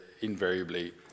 invariably